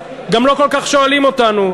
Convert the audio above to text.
גם לא כל כך שואלים אותנו,